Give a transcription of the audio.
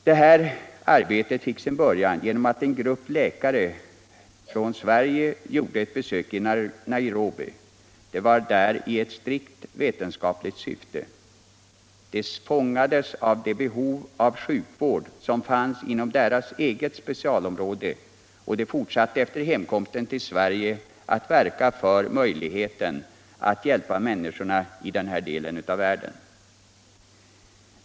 Detta arbete fick sin början genom att en grupp läkare från Sverige gjorde ett besök i Nairobi. De var där i ctt strikt vetenskapligt syfte. De fångades av det behov av sjukvård som fanns inom deras eget specialområde, och de fortsatte efter hemkomsten till Sverige att verka för möjligheten att hjälpa människorna i den här delen av världen.